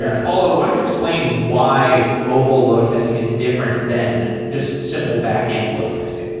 ah paulo, why don't you explain why mobile load testing is different than just simple backend load testing?